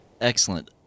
Excellent